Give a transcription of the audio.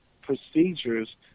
procedures